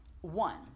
One